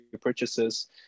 purchases